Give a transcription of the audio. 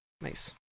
nice